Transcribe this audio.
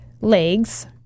legs